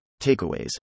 Takeaways